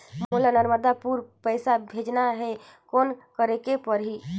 मोला नर्मदापुर पइसा भेजना हैं, कौन करेके परही?